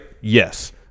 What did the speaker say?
Yes